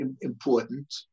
important